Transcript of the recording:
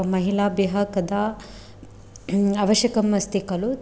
महिलाभ्यः कदा अवश्यकम् अस्ति खलु